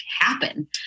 happen